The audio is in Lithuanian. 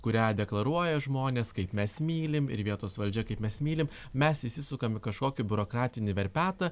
kurią deklaruoja žmonės kaip mes mylim ir vietos valdžia kaip mes mylim mes įsisukam į kažkokį biurokratinį verpetą